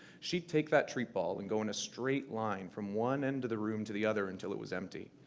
she'd take that treat ball and go in a straight line from one end of the room to the other until it was empty.